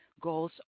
goals